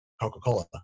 Coca-Cola